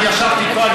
שאני ישבתי איתו,